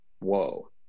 whoa